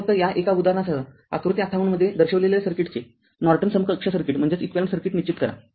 तर फक्त या एका उदाहरणासहआकृती ५८ मध्ये दर्शविलेल्या सर्किटचे नॉर्टन समकक्ष सर्किट निश्चित करा